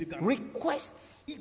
Requests